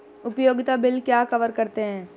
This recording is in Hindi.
उपयोगिता बिल क्या कवर करते हैं?